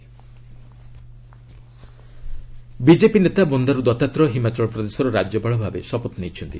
Himachal governor BJP ନେତା ବନ୍ଦାରୁ ଦତ୍ତାତ୍ରେୟ ହିମାଚଳ ପ୍ରଦେଶର ରାଜ୍ୟପାଳ ଭାବେ ଶପଥ ନେଇଛନ୍ତି